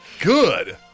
Good